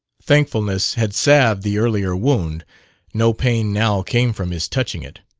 thankfulness had salved the earlier wound no pain now came from his touching it.